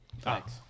Thanks